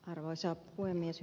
arvoisa puhemies